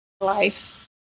life